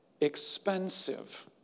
expensive